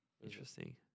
Interesting